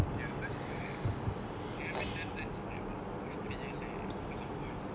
ya because you know like you haven't done art in like almost three years right because of polytechnic